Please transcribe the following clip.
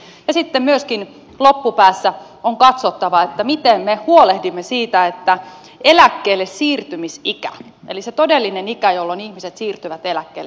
ja sitten myöskin loppupäässä on katsottava miten me huolehdimme siitä että eläkkeellesiirtymisikä eli se todellinen ikä jolloin ihmiset siirtyvät eläkkeelle siirtyy